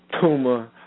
tumor